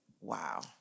Wow